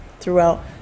throughout